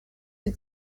die